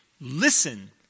Listen